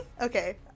okay